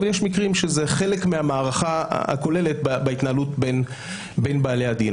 אבל יש מקרים שזה חלק מהמערכה הכוללת בהתנהלות בין בעלי הדין.